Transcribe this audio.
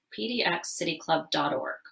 pdxcityclub.org